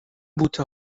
بوته